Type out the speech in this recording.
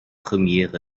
premiers